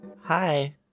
hi